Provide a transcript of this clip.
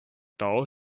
doll